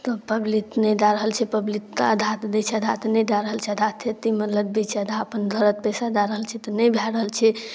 तऽ पब्लिक नहि दऽ रहल छै पब्लिकके आधाके दै छै आधाके नहि दऽ रहल छै आधा खेतीमे लगबै छै आधा अपन घरके पइसा दऽ रहल छै तऽ नहि भऽ रहल छै